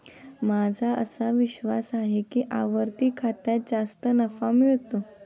माझा असा विश्वास आहे की आवर्ती खात्यात जास्त नफा मिळतो